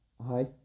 Hi